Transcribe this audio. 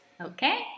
Okay